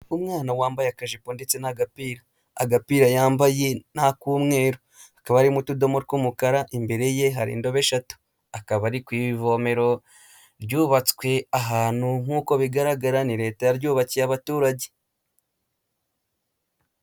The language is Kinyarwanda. Umwana wambaye akajipo ndetse n'agapira, agapira yambaye ni ak'umweru, hakaba harimo utudomo tw'umukara, imbere ye hari indobo eshatu, akaba ari ku ivomero ryubatswe ahantu nk'uko bigaragara ni Leta yaryubakiye abaturage.